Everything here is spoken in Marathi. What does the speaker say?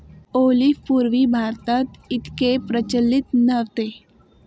ऑलिव्ह पूर्वी भारतात इतके प्रचलित नव्हते